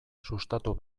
sustatu